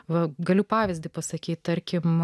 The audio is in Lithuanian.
va galiu pavyzdį pasakyti tarkim